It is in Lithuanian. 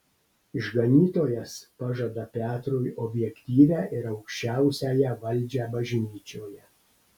išganytojas pažada petrui objektyvią ir aukščiausiąją valdžią bažnyčioje